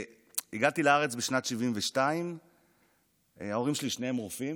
והגעתי לארץ בשנת 1972. ההורים שלי שניהם רופאים.